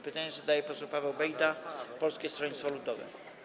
Pytanie zadaje poseł Paweł Bejda, Polskie Stronnictwo Ludowe.